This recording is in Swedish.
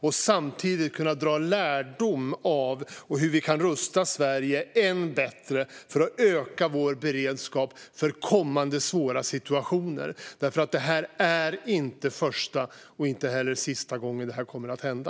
Vi ska dra lärdomar av detta så att vi kan rusta Sverige ännu bättre för att öka vår beredskap för kommande svåra situationer. Det här är nämligen varken första eller sista gången som det här kommer att hända.